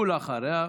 ואחריה,